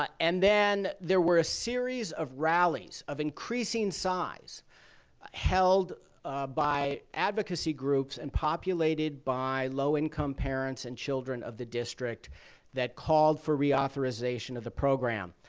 um and then, there were a series of rallies of increasing size held by advocacy groups and populated by low-income parents and children of the district that called for reauthorization of the program.